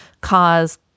cause